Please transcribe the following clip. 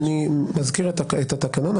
אני מזכיר את התקנון.